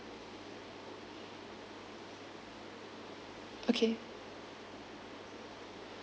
okay